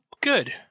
good